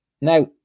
Now